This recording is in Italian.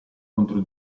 contro